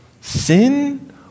Sin